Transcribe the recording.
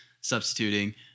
substituting